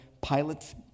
pilots